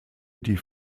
die